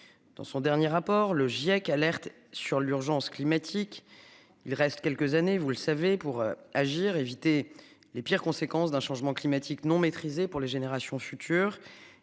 Dans son dernier rapport, le GIEC alerte sur l'urgence climatique. Il reste quelques années vous le savez pour agir. Éviter les pires conséquences d'un changement climatique non maîtrisée pour les générations futures